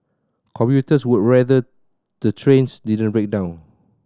commuters would rather the trains didn't break down